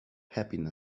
happiness